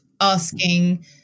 asking